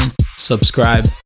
subscribe